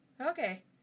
okay